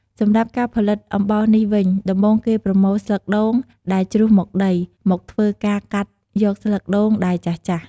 សម្រាប់ការផលិតអំបោសនេះវិញ ដំបូងគេប្រមូលស្លឹកដូង ដែលជ្រុះមកដី ឬធ្វើការកាត់យកស្លឹកដូងដែលចាស់ៗ។